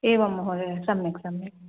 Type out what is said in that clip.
एवं महोदय सम्यक् सम्यक्